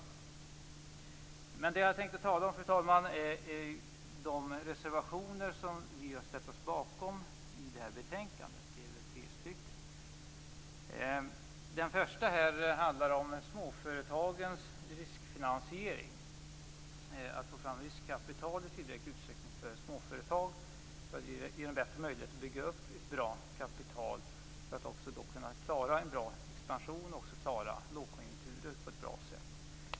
Det som jag tänker tala om, fru talman, är de tre reservationer vid detta betänkande som vi har ställt oss bakom. Den första handlar om småföretagens riskfinansiering. Att småföretag i tillräcklig utsträckning får fram riskkapital ger dem bättre möjlighet att bygga upp ett bra kapital för att klara en god expansion och på ett bra sätt rida igenom lågkonjunkturer.